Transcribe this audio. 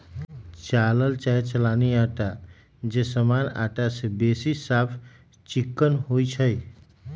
चालल चाहे चलानी अटा जे सामान्य अटा से बेशी साफ चिक्कन होइ छइ